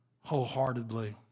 wholeheartedly